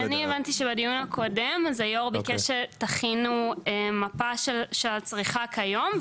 אני הבנתי שהיושב-ראש ביקש בדיון הקודם שתכינו מפה של הצריכה כיום,